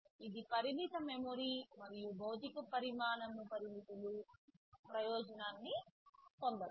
ఇది పరిమిత మెమరీ మరియు భౌతిక పరిమాణ పరిమితుల ప్రయోజనాన్ని పొందగలదు